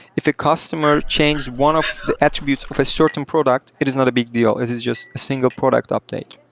if a customer changed one of the attributes of a certain product, it is not a big deal. it is just a single product update.